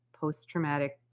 post-traumatic